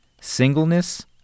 singleness